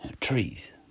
Trees